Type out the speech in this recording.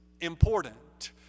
important